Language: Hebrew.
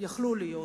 יכלו להיות.